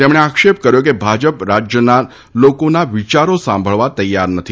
તેમણે આક્ષેપ કર્યો હતો કે ભાજપ રાજ્યના લોકોના વિયારો સાંભળવા તૈયાર નથી